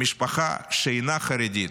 המשפחה שאינה חרדית,